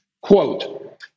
quote